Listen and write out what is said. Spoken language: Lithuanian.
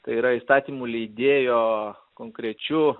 tai yra įstatymų leidėjo konkrečiu